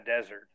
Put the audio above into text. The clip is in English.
desert